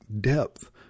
depth